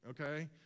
okay